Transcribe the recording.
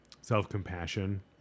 self-compassion